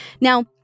Now